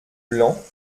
blancs